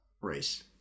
race